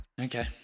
okay